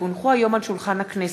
כי הונחו היום על שולחן הכנסת,